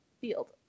field